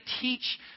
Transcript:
teach